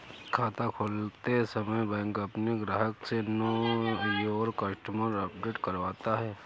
खाता खोलते समय बैंक अपने ग्राहक से नो योर कस्टमर अपडेट करवाता है